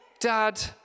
Dad